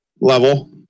level